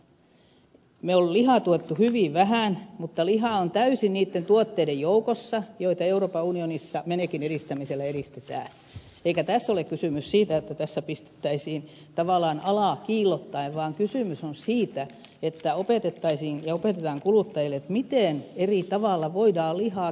me olemme lihaa tukeneet hyvin vähän mutta liha on täysin niitten tuotteiden joukossa joita euroopan unionissa menekin edistämisellä edistetään eikä tässä ole kysymys siitä että tässä pistettäisiin tavallaan alaa kiillottaen vaan kysymys on siitä että opetettaisiin ja opetetaan kuluttajille miten eri tavalla voidaan lihaa käyttää